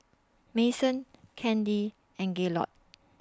Madyson Candi and Gaylord